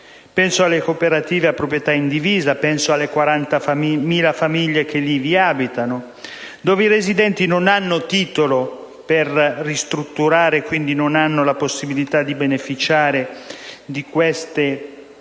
Penso alle cooperative a proprietà indivisa, alle 40.000 famiglie che abitano nei relativi alloggi, dove i residenti non hanno titolo per ristrutturare, e quindi non hanno la possibilità di beneficiare di queste detrazioni,